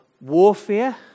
warfare